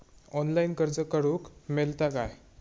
Online अर्ज करूक मेलता काय?